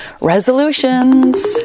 Resolutions